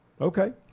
Okay